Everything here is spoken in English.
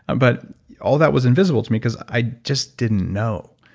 and but all that was invisible to me because i just didn't know.